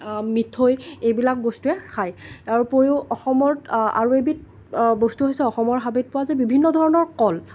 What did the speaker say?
মিঠৈ এইবিলাক বস্তুয়েই খায় তাৰ ওপৰত অসমত আৰু এবিধ বস্তু হৈছে অসমত হাবিত পোৱা যে বিভিন্ন ধৰণৰ কল